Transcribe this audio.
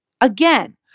Again